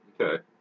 Okay